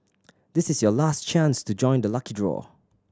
this is your last chance to join the lucky draw